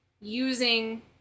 using